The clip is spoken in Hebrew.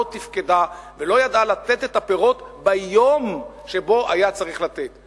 לא תפקדה ולא ידעה לתת את הפירות ביום שבו היה צריך לצאת.